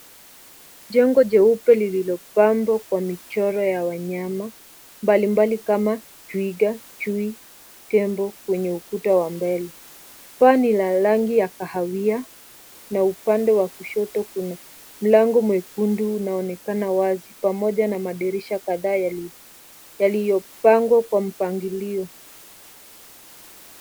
Jengo jeupe lililopambwa kwa michoro ya wanyama mbalimbali kama twiga, chui, tembo kwenye ukuta wa mbele. Paa ni la rangi ya kahawia na upande wa kushoto kuna mlango mwekundu unaonekana wazi pamoja na madirisha kadhaa yaliyopangwa kwa mpangilio.